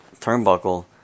turnbuckle